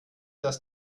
dass